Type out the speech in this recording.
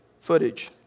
footage